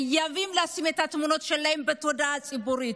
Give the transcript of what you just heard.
חייבים לשים את התמונות שלהם בתודעה הציבורית.